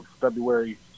February